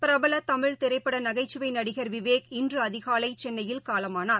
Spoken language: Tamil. பிரபலதமிழ் திரைப்படநகைச்சுவைநடிகர் விவேக் இன்றுஅதிகாலைசென்னையில் காலமானார்